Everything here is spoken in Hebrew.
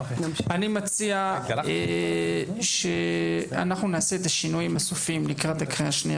אני מציע שאנחנו נעשה את השינויים הסופיים לקראת הקריאה השנייה